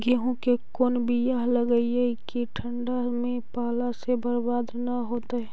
गेहूं के कोन बियाह लगइयै कि ठंडा में पाला से बरबाद न होतै?